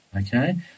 Okay